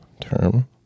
term